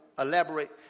Elaborate